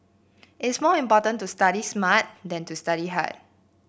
it is more important to study smart than to study hard